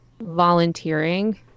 volunteering